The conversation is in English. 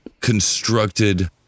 constructed